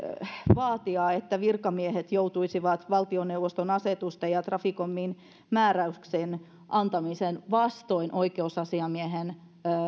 vaatia että virkamiehet joutuisivat valtioneuvoston asetusten ja traficomin määräyksen antamiseen vastoin oikeusasiamiehen